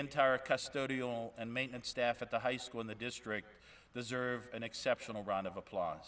entire custody and maintenance staff at the high school in the district deserve an exceptional round of applause